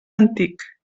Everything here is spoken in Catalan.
antic